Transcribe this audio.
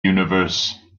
universe